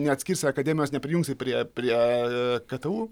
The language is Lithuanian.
neatskirsi akademijos neprijungsi prie prie ktu